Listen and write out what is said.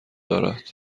دارد